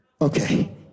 okay